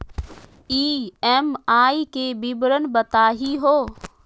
EMI के विवरण बताही हो?